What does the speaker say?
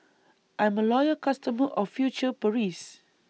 I'm A Loyal customer of future Paris